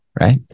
right